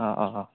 অঁ অঁ অঁ